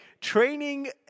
Training